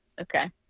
Okay